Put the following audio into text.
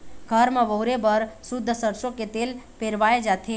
घर म बउरे बर सुद्ध सरसो के तेल पेरवाए जाथे